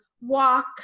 walk